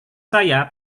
saya